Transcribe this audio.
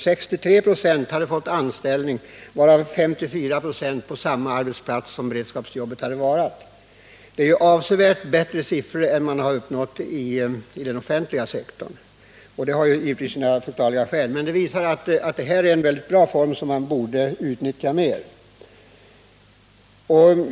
63 96 hade fått anställning efter beredskapsarbetets slut, varav 54 96 på den arbetsplats där de haft beredskapsjobbet. Dessa siffror är, av förklarliga skäl, avsevärt högre än de man uppnått inom den offentliga sektorn. De visar att denna möjlighet att minska ungdomsarbetslösheten bör utnyttjas i större utsträckning.